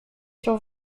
sur